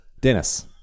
Dennis